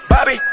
Bobby